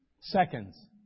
Seconds